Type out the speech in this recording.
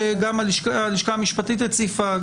שגם הלשכה המשפטית הציפה,